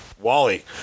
Wally